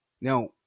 Now